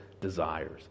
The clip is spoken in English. desires